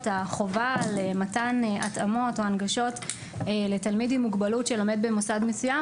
החובה על מתן ההתאמות או הנגשות לתלמיד עם מוגבלות שלומד במוסד מסוים,